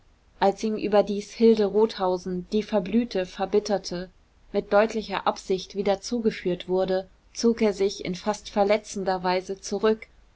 als ihm überdies hilde rothausen die verblühte verbitterte mit deutlicher absicht wieder zugeführt wurde zog er sich in fast verletzender weise zurück